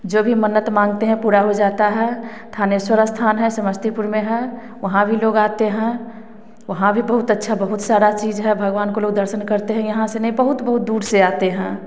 जो भी मन्नत माँगते हैं पूरा हो जाता है थानेश्वर स्थान है समस्तीपुर में है वहाँ भी लोग आते हैं वहाँ भी बहुत अच्छा बहुत सारा चीज है भगवन को लोग दर्शन करते हैं यहाँ से नहीं बहुत बहुत दूर से आते हैं